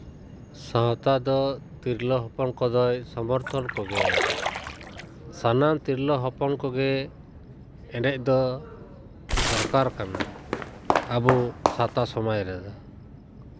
ᱥᱟᱶᱛᱟ ᱫᱚ ᱛᱤᱨᱞᱟᱹ ᱦᱚᱯᱚᱱ ᱠᱚᱫᱚᱭ ᱥᱚᱢᱚᱨᱛᱷᱚᱱ ᱠᱚᱜᱮᱭᱟ ᱥᱟᱱᱟᱢ ᱛᱤᱨᱞᱟᱹ ᱦᱚᱯᱚᱱ ᱠᱚᱜᱮ ᱮᱱᱮᱡ ᱫᱚ ᱫᱚᱨᱠᱟᱨ ᱠᱟᱱᱟ ᱟᱵᱚ ᱥᱟᱶᱛᱟ ᱥᱚᱢᱟᱡᱽ ᱨᱮᱫᱚ